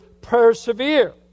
persevere